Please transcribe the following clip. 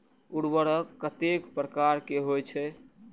उर्वरक कतेक प्रकार के होई छै?